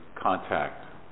contact